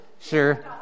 Sure